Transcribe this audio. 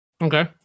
Okay